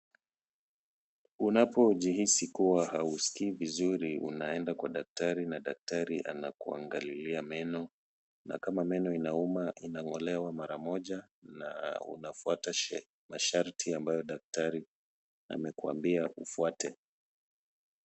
Unapojihisi kuwa hauskii vizuri unaenda kwa daktari na daktari anakuangalilia meno na kama meno inauma inang'olewa mara moja na unafuata masharti ambayo daktari amekuambia ufuate.